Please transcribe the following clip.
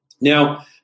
Now